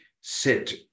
sit